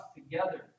together